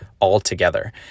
altogether